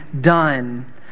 done